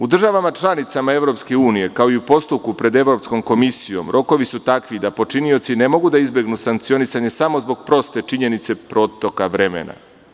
U državama članicama EU, kao i u postupku pred Evropskom komisijom, rokovi su takvi da počinioci ne mogu da izbegnu sankcionisanje samo zbog proste činjenice protoka vremena.